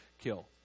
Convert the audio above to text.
kill